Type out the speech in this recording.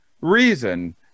reason